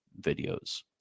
videos